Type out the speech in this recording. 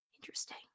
Interesting